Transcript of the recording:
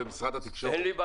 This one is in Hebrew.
במשרד התקשורת --- אין לי.